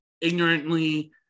ignorantly